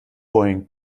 boeing